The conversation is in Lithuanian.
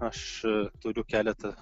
aš turiu keletą